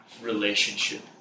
relationship